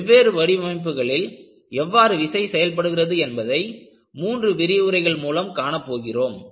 வெவ்வேறு வடிவமைப்புகளில் எவ்வாறு விசை செயல்படுகிறது என்பதை மூன்று விரிவுரைகள் மூலம் காணப்போகிறோம்